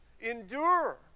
Endure